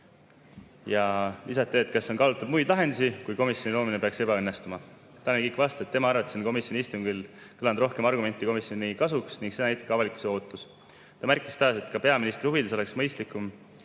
veel, et kas on kaalutud muid lahendusi, kui komisjoni loomine peaks ebaõnnestuma. Tanel Kiik vastas, et tema arvates on komisjoni istungil kõlanud rohkem argumente komisjoni kasuks ning seda näitab ka avalikkuse ootus. Ta märkis taas, et ka peaministri huvides oleks mõistlikum